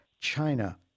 China